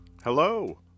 Hello